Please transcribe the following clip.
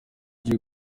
jay